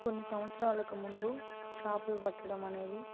కొన్ని సంవత్సరాలకు ముందు చేపలు పట్టడం అనేది